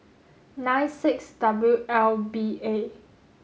nine six W L B A